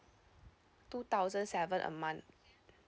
two thousand seven a month